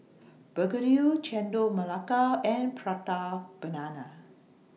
Begedil Chendol Melaka and Prata Banana